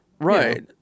Right